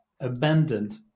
abandoned